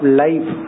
life